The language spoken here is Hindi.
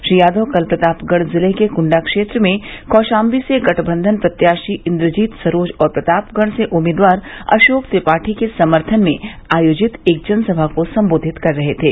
श्री यादव कल प्रतापगढ़ जिले के कुंडा क्षेत्र में कौशाम्बी से गठबंधन प्रत्याशी इन्द्रजीत सरोज और प्रतापगढ़ से उम्मीदवार अशोक त्रिपाठी के समर्थन में आयोजित एक जनसभा को संबोधित कर रहे थे